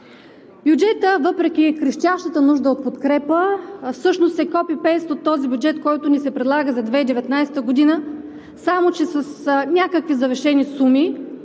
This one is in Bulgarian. Бюджетът, въпреки крещящата нужда от подкрепа, всъщност е копи-пейст от този бюджет, който ни се предлага за 2019 г., само че с някакви завишени суми,